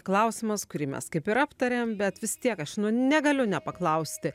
klausimas kurį mes kaip ir aptarėm bet vis tiek aš negaliu nepaklausti